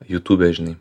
jutube žinai